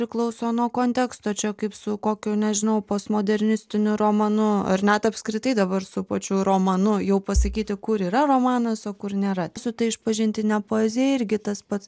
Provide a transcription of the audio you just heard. priklauso nuo konteksto čia kaip su kokiu nežinau postmodernistiniu romanu ar net apskritai dabar su pačiu romanu jau pasakyti kur yra romanas o kur nėra su ta išpažintine poezija irgi tas pats